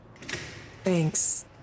Thanks